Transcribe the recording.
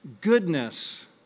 goodness